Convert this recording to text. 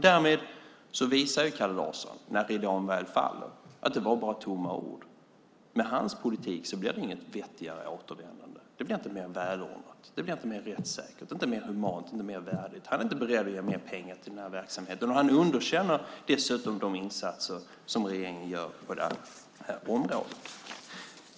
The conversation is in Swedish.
Därmed visar Kalle Larsson, när ridån väl faller, att det bara var tomma ord. Med hans politik blir det inget vettigare återvändande, inte mer välordnat, inte mer rättssäkert, inte mer humant och inte mer värdigt. Han är inte beredd att ge pengar till den verksamheten. Han underkänner dessutom de insatser som regeringen gör på området.